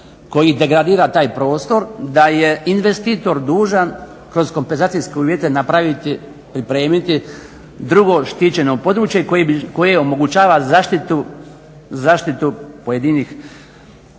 koji degradira taj prostor da je investitor dužan kroz kompenzacijske uvjete napraviti, pripremiti drugo štićeno područje koje omogućava zaštitu pojedinih